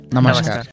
Namaskar